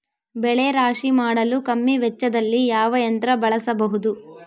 ಬೆಳೆ ರಾಶಿ ಮಾಡಲು ಕಮ್ಮಿ ವೆಚ್ಚದಲ್ಲಿ ಯಾವ ಯಂತ್ರ ಬಳಸಬಹುದು?